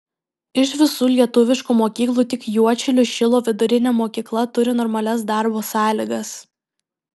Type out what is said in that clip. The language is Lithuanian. iš visų lietuviškų mokyklų tik juodšilių šilo vidurinė mokykla turi normalias darbo sąlygas